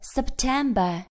September